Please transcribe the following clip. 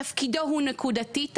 תפקידו הוא נקודתי,